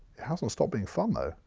hasn't stopped being fun though.